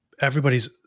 everybody's